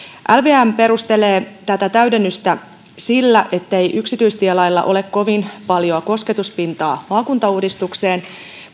lvm perustelee tätä täydennystä sillä ettei yksityistielailla ole kovin paljoa kosketuspintaa maakuntauudistukseen